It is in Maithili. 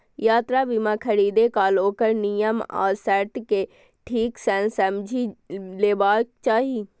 यात्रा बीमा खरीदै काल ओकर नियम आ शर्त कें ठीक सं समझि लेबाक चाही